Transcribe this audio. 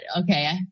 okay